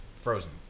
Frozen